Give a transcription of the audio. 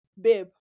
babe